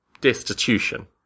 destitution